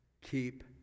keep